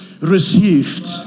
received